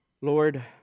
Lord